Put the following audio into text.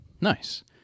Nice